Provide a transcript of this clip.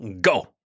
go